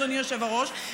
אדוני היושב-ראש,